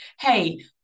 Hey